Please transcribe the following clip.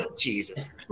Jesus